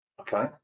okay